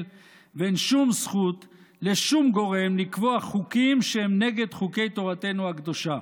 ואין שום זכות לשום גורם לקבוע חוקים שהם נגד חוקי תורתנו הקדושה.